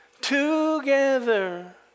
together